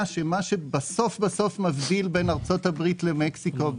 שמה שבסוף מבדיל בין ארצות הברית למקסיקו,